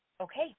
okay